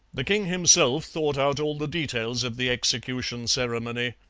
the king himself thought out all the details of the execution ceremony.